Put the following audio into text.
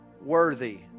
worthy